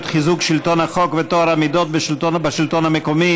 (חיזוק שלטון החוק וטוהר המידות בשלטון המקומי),